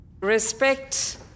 respect